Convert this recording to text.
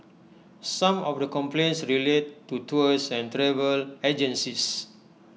some of the complaints relate to tours and travel agencies